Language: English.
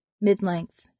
Mid-length